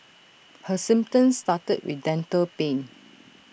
her symptoms started with dental pain